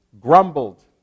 grumbled